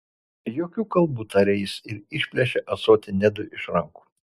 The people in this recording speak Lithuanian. jokių kalbų tarė jis ir išplėšė ąsotį nedui iš rankų